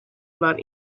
about